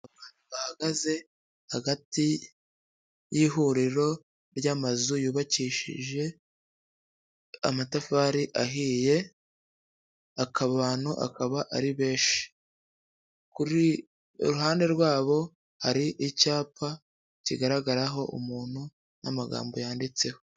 Bahagaze hagati y'ihuriro ry'amazu yubakishije amatafari ahiye, akaba abantu akaba ari benshi, kuri iruhande rwabo hari icyapa kigaragaraho umuntu n'amagambo yanditseho.